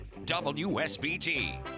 wsbt